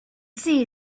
see